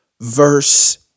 verse